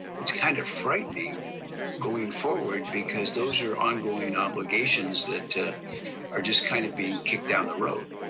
it's kind of frightening going forward, because those are ongoing obligations that are just kind of being kicked down the road.